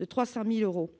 de 300000 euros